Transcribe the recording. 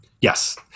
Yes